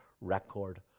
record